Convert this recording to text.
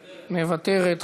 מוותרת,